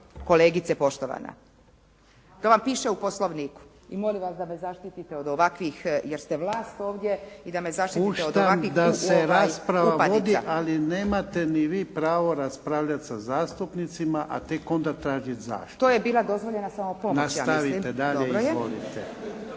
kolegice poštovana. To vam piše u Poslovniku i molim vas da me zaštite od ovakvih, jer ste vlasat ovdje i da me zaštitite od ovakvih upadica. **Jarnjak, Ivan (HDZ)** Puštam da se rasprava vodi, ali nemate ni vi pravo raspravljati sa zastupnicima, a tek onda tražiti zaštitu. **Antičević Marinović, Ingrid (SDP)** To je bila dozvoljena